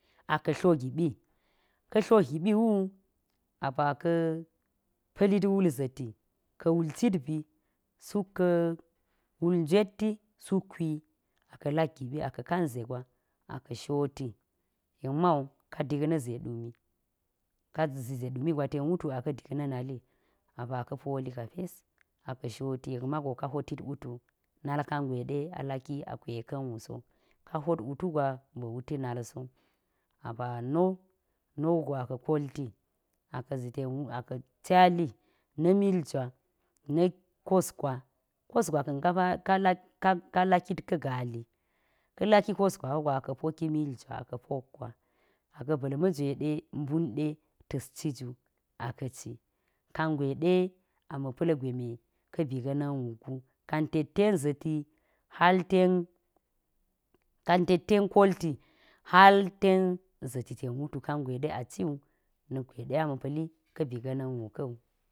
Aka̱ tlo giɓi ka̱ tlo giɓi wu, apaa ka̱ pa̱lit wul za̱ti. Ka̱a̱ wul cit bi suk wul njetti suk ka̱a̱ kwi aka̱ lak giɓi aka̱ kan ze gwa aka̱ shoti yek ma wu ka̱ ndik na̱ ze ɗumi, ka̱ ze ɗumi gwa ten wutu aka̱ ndik na̱ nali apaa ka̱ poli ka pes aka̱ shoti. yek ma wu ka hottit wutu nal kangwe ɗe a laki a kweka̱n wu so. Ka hot wutu gwa ba̱ wutu na so apaa no, no wugo aka̱ kolti aka̱ zi ten wu aka̱ cali na̱ mil jwa na̱ kos gwa. Kos gwaka̱n ka pare ka lakit ka̱ gali, ka̱ laki kos gwa wu go aka̱ poki mil jwa aka̱ pok gwa. Aka̱ ba̱l ma̱jwe ɗe mbun ɗe ta̱s ci ju aka̱ ci. Kangwe ɗe amma̱ pa̱l gweme ka̱ bi ga̱na̱n wukgu kan tet ten za̱ti hal ten kan tet ten kolti hal ten za̱ti ten wutu kangwe ɗe a ci wu.